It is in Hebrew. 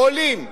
עולים,